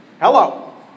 hello